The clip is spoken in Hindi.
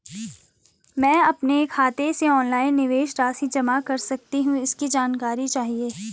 मैं अपने खाते से ऑनलाइन निवेश राशि जमा कर सकती हूँ इसकी जानकारी चाहिए?